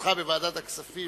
בעמדתך בוועדת הכספים.